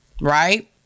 right